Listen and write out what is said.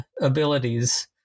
abilities